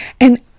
and-